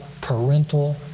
parental